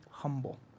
humble